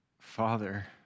Father